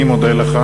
אני מודה לך.